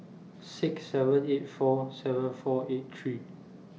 six seven eight four seven four eight three